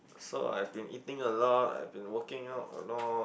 so I've been eating a lot I've been working out a lot